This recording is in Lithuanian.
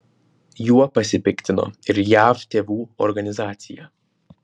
juo pasipiktino ir jav tėvų organizacija